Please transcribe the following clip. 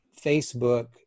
Facebook